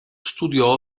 studiò